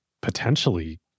potentially